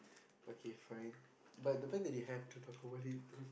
okay fine but the fact that they have to talk about it